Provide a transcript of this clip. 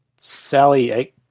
Sally